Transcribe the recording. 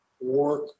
work